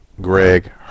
Greg